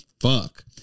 fuck